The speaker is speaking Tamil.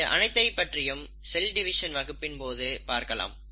இது அனைத்தைப் பற்றியும் செல் டிவிஷன் வகுப்பின் போது பார்க்கலாம்